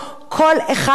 תחשבו מה זה אומר,